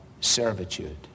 servitude